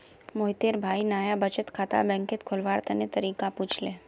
मोहितेर भाई नाया बचत खाता बैंकत खोलवार तने तरीका पुछले